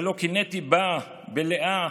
ולא קינאתי בה, בלאה,